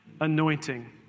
anointing